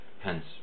Hence